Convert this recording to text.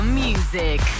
music